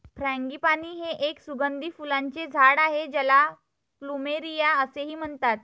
frangipani हे एक सुगंधी फुलांचे झाड आहे ज्याला प्लुमेरिया असेही म्हणतात